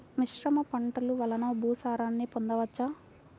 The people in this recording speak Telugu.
మిశ్రమ పంటలు వలన భూసారాన్ని పొందవచ్చా?